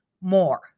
more